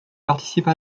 participe